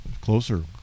closer